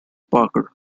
parker